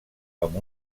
amb